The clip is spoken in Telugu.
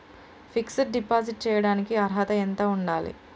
ఫిక్స్ డ్ డిపాజిట్ చేయటానికి అర్హత ఎంత ఉండాలి?